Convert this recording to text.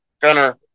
gunner